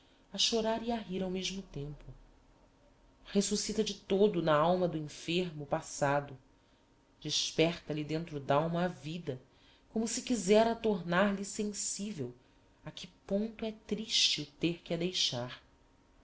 a chorar e a rir ao mesmo tempo resuscita de todo na alma do enfermo o passado desperta lhe dentro d'alma a vida como se quiséra tornar-lhe sensivel a que ponto é triste o ter que a deixar